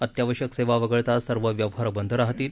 अत्यावश्यक सेवा वगळता सर्व व्यवहार बंद राहतील